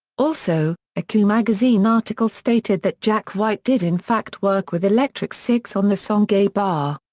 also, a q magazine article stated that jack white did in fact work with electric six on the song gay bar.